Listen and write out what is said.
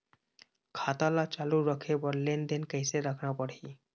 खाता ला चालू रखे बर लेनदेन कैसे रखना पड़ही?